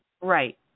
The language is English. Right